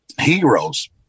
heroes